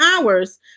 hours